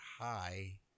high